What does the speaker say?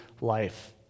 life